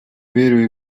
верю